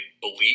believe